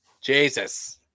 jesus